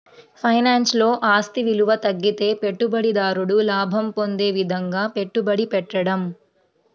ఫైనాన్స్లో, ఆస్తి విలువ తగ్గితే పెట్టుబడిదారుడు లాభం పొందే విధంగా పెట్టుబడి పెట్టడం